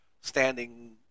standing